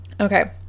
Okay